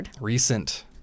recent